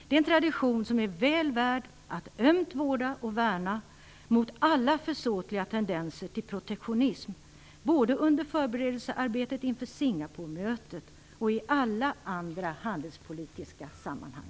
Det är en tradition som är väl värd att ömt vårda och värna mot alla försåtliga tendenser till protektionism, både under förberedelsearbetet inför Singaporemötet och i alla andra handelspolitiska sammanhang.